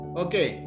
okay